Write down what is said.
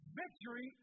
victory